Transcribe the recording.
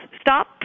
Stop